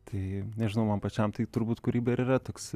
tai nežinau man pačiam tai turbūt kūryba ir yra toks